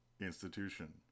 Institution